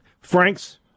Franks